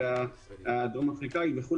הדרום אפריקאית וכו',